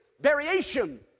variation